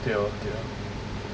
对 lor 对 lor